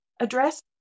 Address